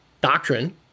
doctrine